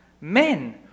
Men